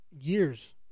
years